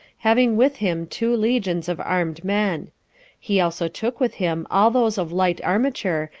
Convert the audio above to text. having with him two legions of armed men he also took with him all those of light armature,